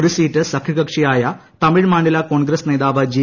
ഒരു സീറ്റ് സഖ്യകക്ഷിയായ തമിഴ് മാനില കോൺഗ്രസ് നേതാവ് ജി